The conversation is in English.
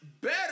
better